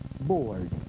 bored